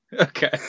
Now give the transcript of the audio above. Okay